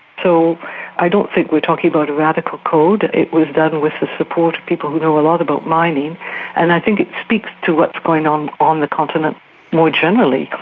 so i don't think we're talking about a radical code. it was done with the support of people who know a lot about mining and i think it speaks to what's going on on the continent more generally.